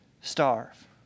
starve